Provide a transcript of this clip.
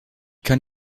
kann